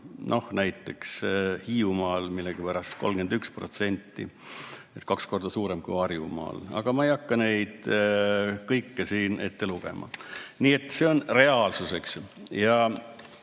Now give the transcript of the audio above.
näiteks Hiiumaal millegipärast 31% ehk kaks korda suurem kui Harjumaal. Aga ma ei hakka neid kõiki siin ette lugema. Nii et see on reaalsus, eks